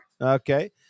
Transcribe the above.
Okay